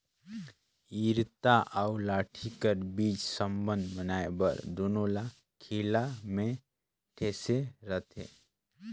इरता अउ लाठी कर बीच संबंध बनाए बर दूनो ल खीला मे ठेसे रहथे